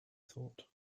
thought